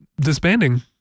disbanding